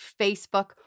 Facebook